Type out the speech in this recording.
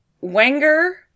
Wenger